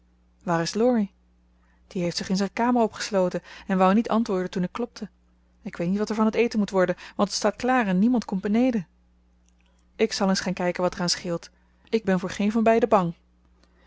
waar is laurie die heeft zich in zijn kamer opgesloten en wou niet antwoorden toen ik klopte ik weet niet wat er van het eten moet worden want het staat klaar en niemand komt beneden ik zal eens gaan kijken wat er aan scheelt ik ben voor geen van beiden bang